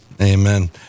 Amen